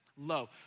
low